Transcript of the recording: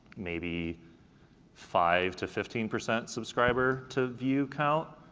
maybe five to fifteen percent subscriber to view count.